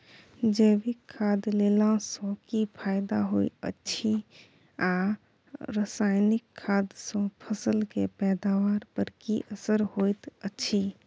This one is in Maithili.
जैविक खाद देला सॅ की फायदा होयत अछि आ रसायनिक खाद सॅ फसल के पैदावार पर की असर होयत अछि?